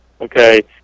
okay